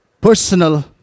personal